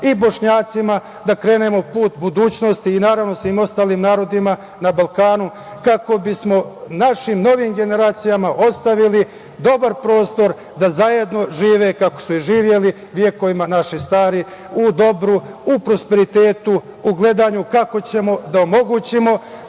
i Bošnjacima da krenemo put budućnosti i, naravno, svim ostalim narodima na Balkanu kako bismo našim novim generacijama ostavili dobar prostor da zajedno žive kako su i živeli vekovima naši stari, u dobru, u prosperitetu, u gledanju kako ćemo da omogućimo